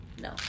No